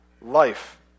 Life